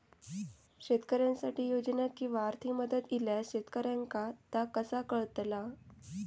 शेतकऱ्यांसाठी योजना किंवा आर्थिक मदत इल्यास शेतकऱ्यांका ता कसा कळतला?